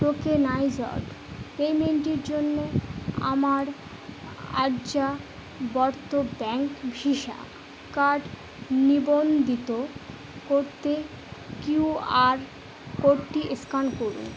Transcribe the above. tokenised পেমেন্টের জন্য আমার আর্যাবর্ত ব্যাঙ্ক ভিসা কার্ড নিবন্ধিত করতে কিউআর কোডটি স্ক্যান করুন